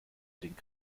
den